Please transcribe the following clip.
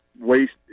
waste